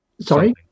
sorry